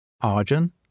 Arjun